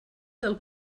del